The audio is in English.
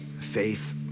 faith